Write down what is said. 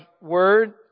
Word